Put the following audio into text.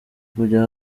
kujya